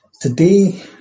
Today